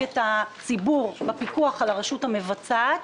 את הציבור בפיקוח על הרשות המבצעת,